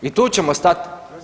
I tu ćemo stat!